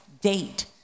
date